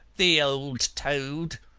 the old toad.